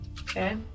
Okay